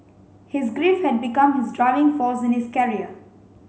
his grief had become his driving force in his career